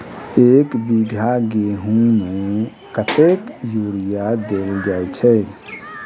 एक बीघा गेंहूँ मे कतेक यूरिया देल जाय छै?